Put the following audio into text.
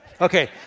Okay